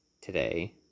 today